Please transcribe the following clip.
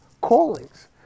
callings